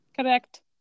Correct